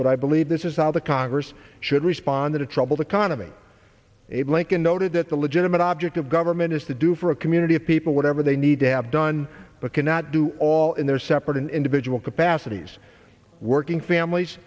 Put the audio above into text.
but i believe this is how the congress should respond in a troubled economy abe lincoln noted that the legitimate object of government is to do for a community of people whatever they need to have done but cannot do all in their separate and individual capacities working families